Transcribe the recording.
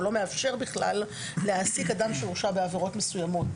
הוא לא מאפשר בכלל להעסיק אדם שהורשע בעבירות מסוימות.